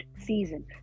season